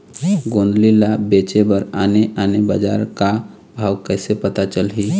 गोंदली ला बेचे बर आने आने बजार का भाव कइसे पता चलही?